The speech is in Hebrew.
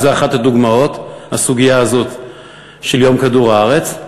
וזאת אחת הדוגמאות, הסוגיה הזאת של יום כדור-הארץ.